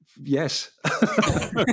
yes